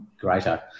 greater